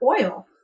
oil